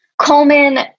Coleman